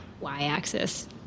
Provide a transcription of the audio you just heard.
y-axis